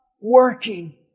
working